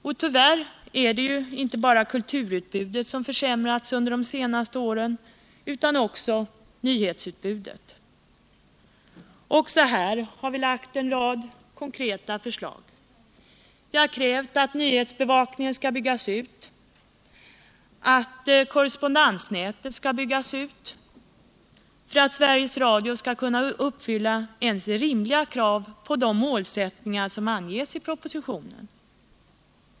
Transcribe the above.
Och tyvärr är det inte bara kulturutbudet som försämrats under de senaste åren utan också nyhetsutbudet. Även här har vi lagt en rad konkreta förslag. Vi har krävt att nyhetsbevakningen skall byggas ut och att korrespondensnätet skall byggas ut för att Sveriges Radio skall kunna uppfylla ens rimliga krav på de målsättningar som anges i propositionen.